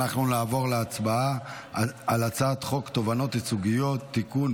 אנחנו נעבור להצבעה על הצעת חוק תובענות ייצוגיות (תיקון,